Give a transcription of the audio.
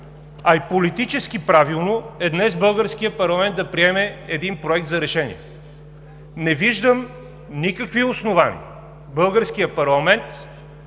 и политически правилно е днес българският парламент да приеме един Проект за решение. Не виждам никакви основания българският парламент